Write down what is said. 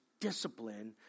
discipline